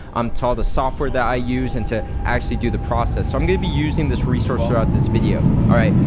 um to all the software that i use and to actually do the process. so i'm gonna be using this resource throughout this video, all right?